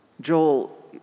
Joel